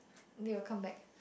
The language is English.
they will come back